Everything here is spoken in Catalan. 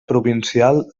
provincial